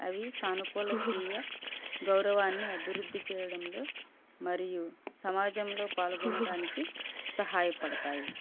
అవి సానుకూల స్వీయ గౌరవాన్ని అభివృద్ధి చేయడంలో మరియు సమాజంలో పాల్గొనడానికి సహాయపడతాయి